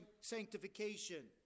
sanctification